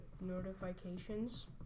notifications